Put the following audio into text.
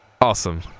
Awesome